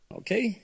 okay